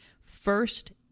first